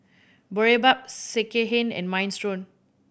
Boribap Sekihan and Minestrone